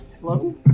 Hello